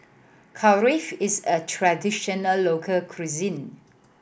Kulfi is a traditional local cuisine